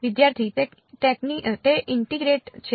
વિદ્યાર્થી તે ઇન્ટીગ્રેટ છે